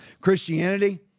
Christianity